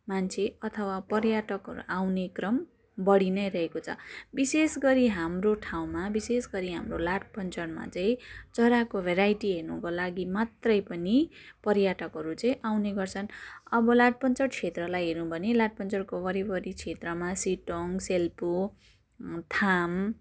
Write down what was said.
मान्छे अथवा पर्यटकहरू आउने क्रम बढी नै रहेको छ विशेष गरी हाम्रो ठाउँमा विशेष गरी हाम्रो लाठपन्चरमा चाहिँ चराको भेराइटी हेर्नुको लागि मात्र पनि पर्यटकहरू चाहिँ आउने गर्छन् अब लाठपन्चर क्षेत्रलाई हेर्यौँ भने लाठपन्चरको वरिपरि क्षेत्रमा सिटोङ सेल्पु थाम